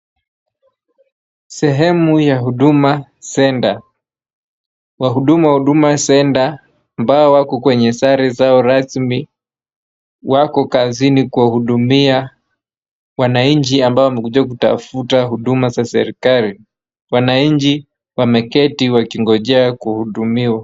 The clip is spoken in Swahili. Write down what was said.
Sehemu ya Huduma Center, wahudumu wa Huduma Center ambao wako kwa sare zao rasmi wako kazini kuwa hudumia, wananchi ambao wamekuja kutafuta huduma za serikali. Wananchi wameketi wakiogojea kuhudumiwa.